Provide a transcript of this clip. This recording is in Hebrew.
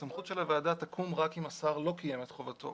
שהסמכות של הוועדה תקום רק אם השר לא קיים את חובתו.